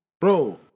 Bro